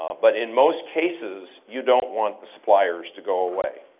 but in most cases, you don't want the suppliers to go away.